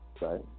Right